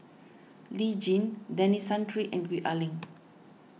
Lee Tjin Denis Santry and Gwee Ah Leng